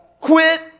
Quit